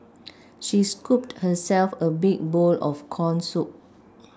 she scooped herself a big bowl of corn soup